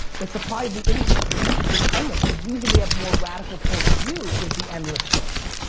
the supply of the internet is endless. the reason we have more radical points of view is the endlessness.